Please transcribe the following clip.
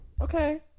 Okay